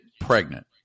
pregnant